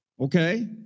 Okay